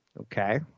Okay